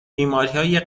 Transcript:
بیماریهای